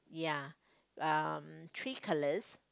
ya um three colours